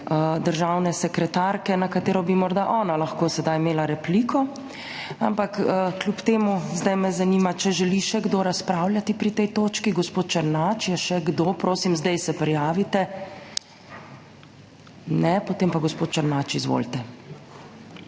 državne sekretarke, na katero bi morda ona lahko sedaj imela repliko. Ampak kljub temu. Zdaj me zanima, če želi še kdo razpravljati pri tej točki. Gospod Černač. Je še kdo? Prosim, zdaj se prijavite. Ne. Potem pa gospod Černač, izvolite.